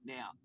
Now